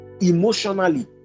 emotionally